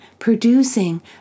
Producing